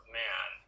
man